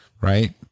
right